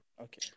Okay